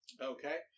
Okay